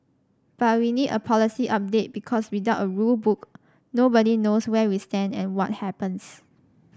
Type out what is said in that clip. but we need a policy update because without a rule book nobody knows where we stand and what happens